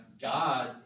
God